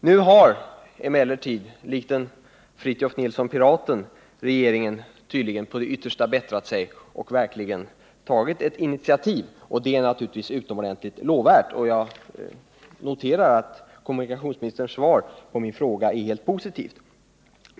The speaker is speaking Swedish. Nu har emellertid regeringen, likt en Fritiof Nilsson Piraten, tydligen på sitt yttersta bättrat sig och verkligen tagit ett initiativ. Det är naturligtvis utomordentligt lovvärt, och jag noterar att kommunikationsministerns svar på min fråga är positivt.